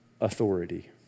authority